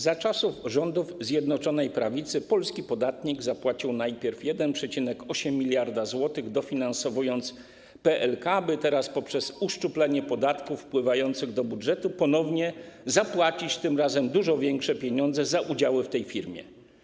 Za czasów rządów Zjednoczonej Prawicy polski podatnik zapłacił najpierw 1,8 mld zł, dofinansowując PLK, by teraz poprzez uszczuplenie podatków wpływających do budżetu ponownie zapłacić, tym razem dużo większe pieniądze, za udziały w tej firmie.